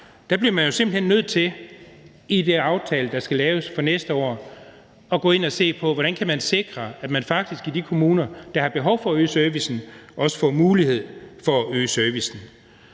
Der bliver man jo simpelt hen nødt til i den aftale, der skal laves for næste år, at gå ind at se på, hvordan man kan sikre, at man faktisk i de kommuner, der har behov for at øge servicen, også får mulighed for at øge servicen.